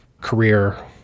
career